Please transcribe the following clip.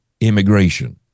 immigration